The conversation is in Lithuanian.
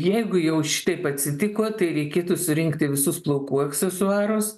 jeigu jau šitaip atsitiko tai reikėtų surinkti visus plaukų aksesuarus